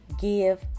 give